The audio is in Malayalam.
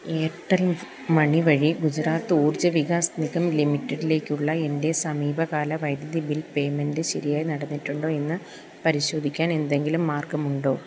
എയർടെൽ മണി വഴി ഗുജറാത്ത് ഊർജ്ജ വികാസ് നിഗം ലിമിറ്റഡിലേക്കുള്ള എൻ്റെ സമീപകാല വൈദ്യുതി ബിൽ പേയ്മെൻറ്റ് ശരിയായി നടന്നിട്ടുണ്ടോ എന്ന് പരിശോധിക്കാൻ എന്തെങ്കിലും മാർഗമുണ്ടോ